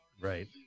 Right